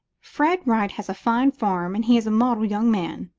fred wright has a fine farm and he is a model young man.